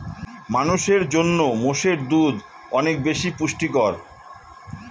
মানুষের জন্য মোষের দুধ অনেক বেশি পুষ্টিকর